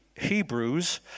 Hebrews